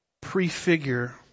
prefigure